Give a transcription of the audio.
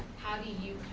how do you